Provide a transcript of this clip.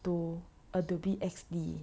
to a to P_S_D